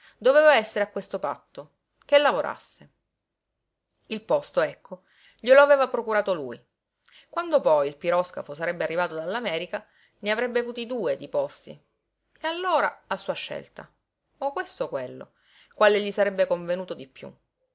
doveva essere a questo patto che lavorasse il posto ecco glielo aveva procurato lui quando poi il piroscafo sarebbe arrivato dall'america ne avrebbe avuti due di posti e allora a sua scelta o questo o quello quale gli sarebbe convenuto di piú